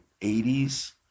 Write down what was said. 80s